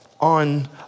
on